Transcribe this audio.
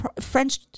French